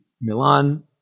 Milan